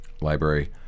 library